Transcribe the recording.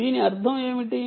దీని అర్థం ఏమిటి